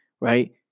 right